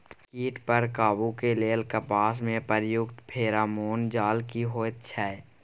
कीट पर काबू के लेल कपास में प्रयुक्त फेरोमोन जाल की होयत छै?